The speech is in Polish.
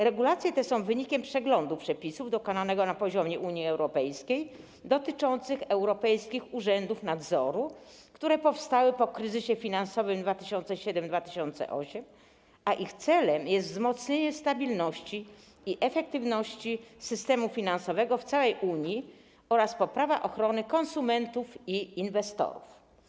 Regulacje te są wynikiem przeglądu przepisów dokonanego na poziomie Unii Europejskiej dotyczących europejskich urzędów nadzoru, które powstały po kryzysie finansowym 2007–2008, a ich celem jest wzmocnienie stabilności i efektywności systemu finansowego w całej Unii oraz poprawa ochrony konsumentów i inwestorów.